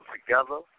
Together